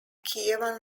kievan